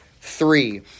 three